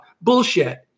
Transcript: Bullshit